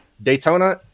Daytona